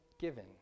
given